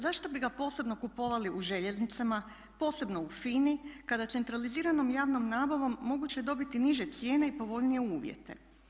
Zašto bi ga posebno kupovali u Željeznicama, posebno u FINA-i kada centraliziranom javnom nabavom moguće je dobiti niže cijene i povoljnije uvjete?